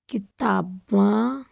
ਕਿਤਾਬਾਂ